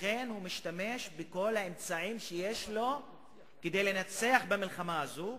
לכן הוא משתמש בכל האמצעים שיש לו כדי לנצח במלחמה הזאת,